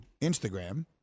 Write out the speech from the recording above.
Instagram